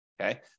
okay